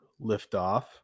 liftoff